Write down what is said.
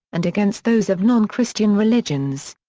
and against those of non-christian religions.